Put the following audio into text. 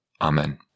Amen